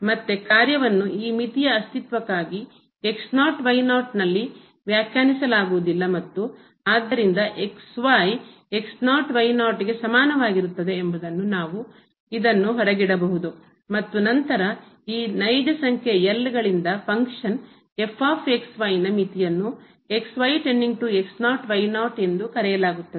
ಮತ್ತೆ ಕಾರ್ಯವನ್ನು ಈ ಮಿತಿಯ ಅಸ್ತಿತ್ವಕ್ಕಾಗಿ ನಲ್ಲಿ ವ್ಯಾಖ್ಯಾನಿಸಲಾಗುವುದಿಲ್ಲ ಮತ್ತು ಆದ್ದರಿಂದ ಗೆ ಸಮಾನವಾಗಿರುತ್ತದೆ ಎಂಬುದನ್ನು ನಾವು ಇದನ್ನು ಹೊರಗಿಡಬಹುದು ಮತ್ತು ನಂತರ ಈ ನೈಜ ಸಂಖ್ಯೆ ಗಳಿಂದ ಫಂಕ್ಷನ್ ನ ಮಿತಿಯನ್ನು ಎಂದು ಕರೆಯಲಾಗುತ್ತದೆ